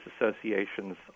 associations